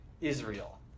Israel